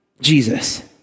Jesus